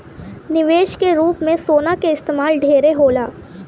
निवेश के रूप में सोना के इस्तमाल ढेरे होला